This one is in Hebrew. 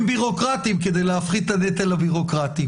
בירוקרטיים כדי להפחית את הנטל הביורוקרטי.